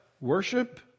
Worship